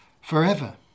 forever